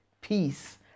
peace